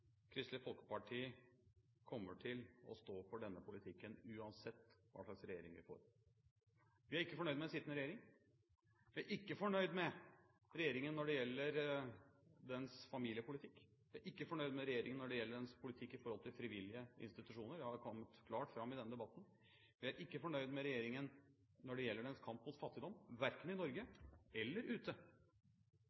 Kristelig Folkeparti kommer til å stå for denne politikken, uansett hva slags regjering vi får. Vi er ikke fornøyd med den sittende regjering. Vi er ikke fornøyd med regjeringen når det gjelder dens familiepolitikk. Vi er ikke fornøyd med regjeringen når det gjelder dens politikk overfor frivillige institusjoner, det har kommet klart fram i denne debatten. Vi er ikke fornøyd med regjeringen når det gjelder dens kamp mot fattigdom, verken i Norge